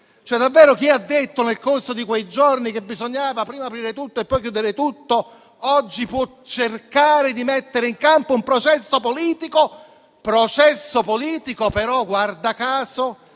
Davvero chi ha detto, nel corso di quei giorni, che bisognava prima aprire tutto e poi chiudere tutto oggi può cercare di mettere in campo un processo politico, dal quale però, guarda caso,